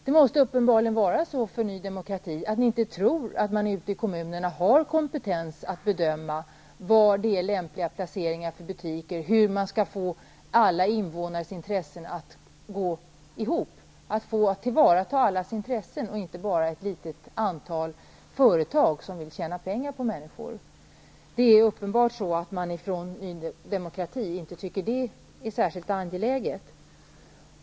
Det måste uppenbarligen vara så att ni i Ny Demokrati inte tror att man ute i kommunerna har kompetens att bedöma den lämpliga placeringen för en butik, att tillvarata alla invånares intressen, inte bara intressen hos ett litet antal företag som vill tjäna pengar på människor. Det är uppenbart att man inom Ny Demokrati inte tycker att det är särskilt angeläget.